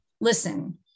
listen